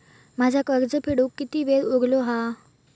माझा कर्ज फेडुक किती वेळ उरलो हा?